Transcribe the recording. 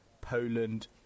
Poland